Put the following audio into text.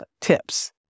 tips